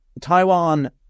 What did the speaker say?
taiwan